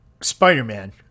Spider-Man